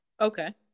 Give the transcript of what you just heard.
Okay